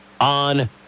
on